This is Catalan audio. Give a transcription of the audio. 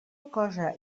cosa